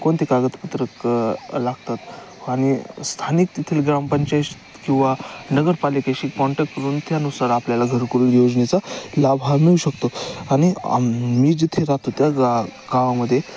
कोणते कागदपत्र लागतात आणि स्थानिक तेथील ग्रामपंचायत किंवा नगरपालिकेशी कॉन्टॅक्ट करून त्यानुसार आपल्याला घरकुन योजनेचा लाभ हा मिळू शकतो आणि मग मी जिथे राहतो त्या गा गावामध्ये